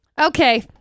Okay